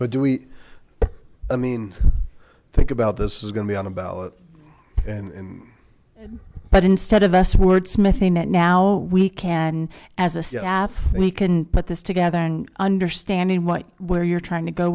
but do we i mean think about this is going to be on the ballot in but instead of s word smithing that now we can as a staff and we can put this together and understanding what where you're trying to go